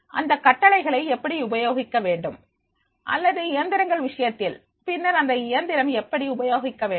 அந்தக் கட்டளைகள் எப்படி உபயோகிக்க வேண்டும் அல்லது இயந்திரங்கள் விஷயத்தில் பின்னர் அந்த இயந்திரம் எப்படி உபயோகிக்க வேண்டும்